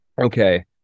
okay